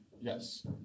Yes